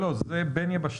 זה בין יבשות.